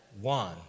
one